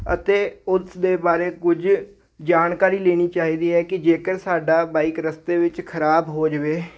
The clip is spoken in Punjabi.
ਅਤੇ ਉਸ ਦੇ ਬਾਰੇ ਕੁਝ ਜਾਣਕਾਰੀ ਲੈਣੀ ਚਾਹੀਦੀ ਹੈ ਕਿ ਜੇਕਰ ਸਾਡੀ ਬਾਈਕ ਰਸਤੇ ਵਿੱਚ ਖਰਾਬ ਹੋ ਜਾਵੇ